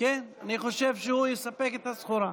אני חושב שהוא יספק את הסחורה.